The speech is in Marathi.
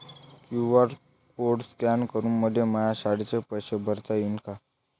क्यू.आर कोड स्कॅन करून मले माया शाळेचे पैसे भरता येईन का?